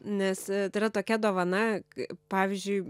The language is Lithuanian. nes yra tokia dovana pavyzdžiui